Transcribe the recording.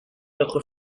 notre